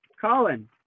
Colin